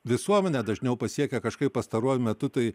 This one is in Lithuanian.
visuomenę dažniau pasiekia kažkaip pastaruoju metu tai